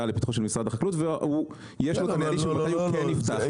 לפתחו של משרד החקלאות ויש לו את היעדים של מתי הוא כן יפתח את זה,